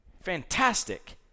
Fantastic